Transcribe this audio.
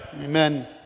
Amen